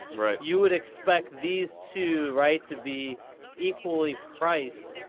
right. you would expect these two, right, to be equally priced.